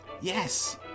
Yes